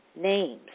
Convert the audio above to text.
names